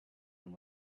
and